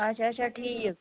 اچھا اچھا ٹھیٖک